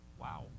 Wow